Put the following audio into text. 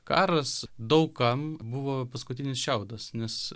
karas daug kam buvo paskutinis šiaudas nes